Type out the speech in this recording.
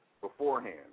beforehand